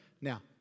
Now